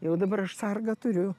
jau dabar aš sargą turiu